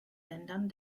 ländern